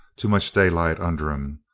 too much daylight under em.